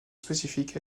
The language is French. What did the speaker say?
spécifique